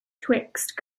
twixt